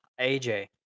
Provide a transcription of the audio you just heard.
AJ